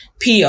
PR